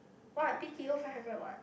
what b_t_o five hundred what